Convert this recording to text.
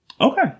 Okay